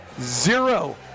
zero